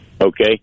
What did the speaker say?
Okay